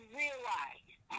realize